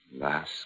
Lass